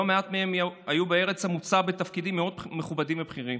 לא מעט מהם היו בארץ המוצא בתפקידים מאוד מכובדים ובכירים,